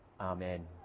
Amen